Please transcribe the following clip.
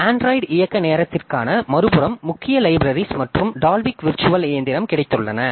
Android இயக்க நேரத்திற்கான மறுபுறம் முக்கிய லைப்ரரிஸ் மற்றும் டால்விக் விர்ச்சுவல் இயந்திரம் கிடைத்துள்ளன